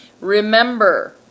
Remember